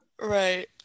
right